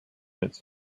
its